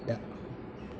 आगदा